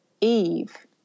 Eve